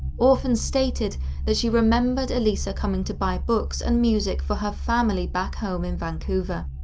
orphan stated that she remembered elisa coming to buy books and music for her family back home in vancouver.